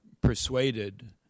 persuaded